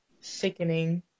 sickening